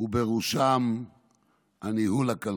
ובראשם הניהול הכלכלי.